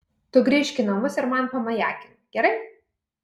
tu grįžk į namus ir man pamajakink gerai